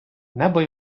небо